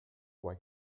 why